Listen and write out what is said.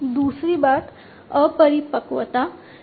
दूसरी बात अपरिपक्वता है